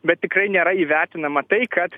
bet tikrai nėra įvertinama tai kad